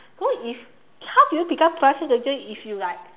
so if how do you become plastic surgeon if you like